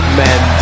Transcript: men